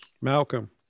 Malcolm